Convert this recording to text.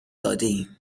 دادهایم